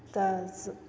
तऽ स्